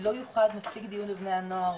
לא יוחד מספיק דיון לבני הנוער,